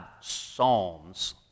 psalms